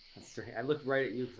that's strange. i looked right at you